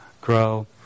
grow